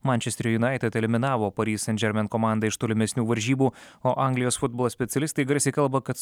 mančesterio unaited eliminavo paris sendžermen komandą iš tolimesnių varžybų o anglijos futbolo specialistai garsiai kalba kad